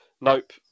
Nope